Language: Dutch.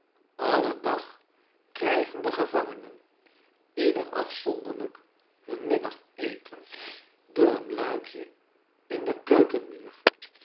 alle dag krijgen de gevangenen ieder afzonderlijk hun middageten door een luikje in den